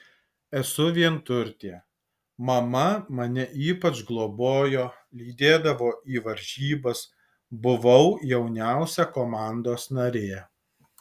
esu vienturtė mama mane ypač globojo lydėdavo į varžybas buvau jauniausia komandos narė